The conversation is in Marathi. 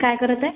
काय करत आहे